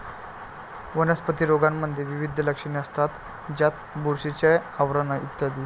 वनस्पती रोगांमध्ये विविध लक्षणे असतात, ज्यात बुरशीचे आवरण इ